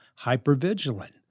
hypervigilant